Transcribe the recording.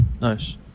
Nice